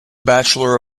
bachelor